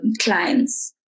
clients